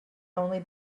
only